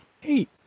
Hey